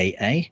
AA